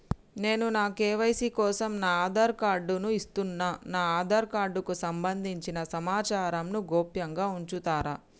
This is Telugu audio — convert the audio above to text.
నేను నా కే.వై.సీ కోసం నా ఆధార్ కార్డు ను ఇస్తున్నా నా ఆధార్ కార్డుకు సంబంధించిన సమాచారంను గోప్యంగా ఉంచుతరా?